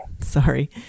sorry